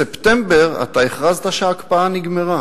בספטמבר הכרזת שההקפאה נגמרה.